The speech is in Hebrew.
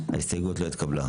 ההסתייגות לא התקבלה.